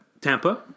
Tampa